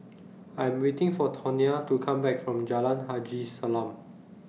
I'm waiting For Tonya to Come Back from Jalan Haji Salam